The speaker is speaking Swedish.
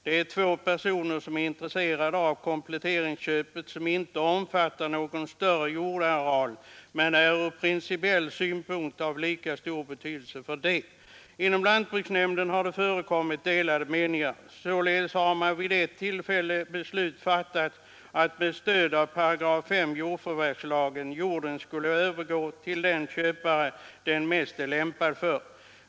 Det är två personer som är intresserade av kompletteringsköpet som inte omfattar någon större jordareal men som är ur principiell synpunkt av lika stor betydelse för det. Inom lantbruksnämnden har det förekommit delade meningar. Således har vid ett tillfälle beslut fattats att med stöd av 5 § jordförvärvslagen jorden skulle övergå till den köpare den mest är lämpad för.